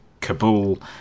Kabul